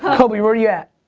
kobi, where you at?